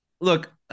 Look